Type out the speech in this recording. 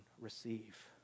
receive